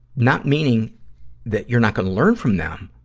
not meaning that you're not gonna learn from them,